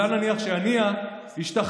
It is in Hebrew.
הוא גילה, נניח, שהנייה השתחרר,